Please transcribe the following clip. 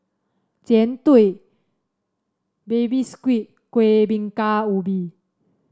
Jian Dui Baby Squid Kuih Bingka Ubi